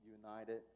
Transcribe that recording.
united